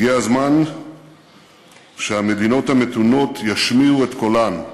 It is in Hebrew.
הגיע הזמן שהמדינות המתונות ישמיעו את קולן,